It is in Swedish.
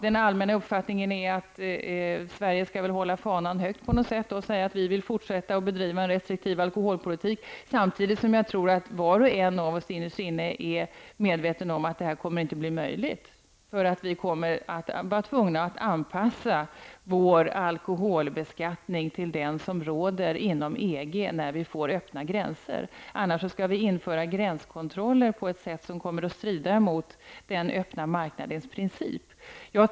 Den allmänna uppfattningen är att Sverige på något sätt skall hålla fanan högt. Man vill fortsätta att bedriva en restriktiv alkoholpolitik, samtidigt som jag tror att var och en av oss innerst inne är medveten om att det inte kommer att bli möjligt. Vi kommer att bli tvungna att anpassa vår alkoholbeskattning till den som råder inom EG när det blir öppna gränser. I annat fall måste vi införa gränskontroller på ett sätt som kommer att strida emot den öppna marknadens princip.